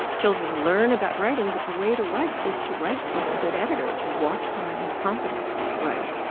children learn about writing, but the way to write is to write with a good editor, to watch someone who's competent writing.